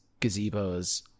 gazebos